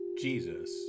Jesus